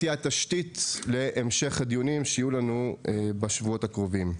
התשתית להמשך הדיונים שיהיו לנו בשבועות הקרובים.